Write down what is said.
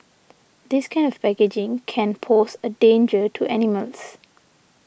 this kind of packaging can pose a danger to animals